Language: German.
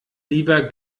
lieber